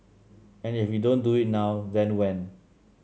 and if we don't do it now then when